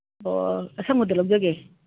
ꯑꯣ ꯑꯁꯪꯕꯗꯣ ꯂꯧꯖꯒꯦ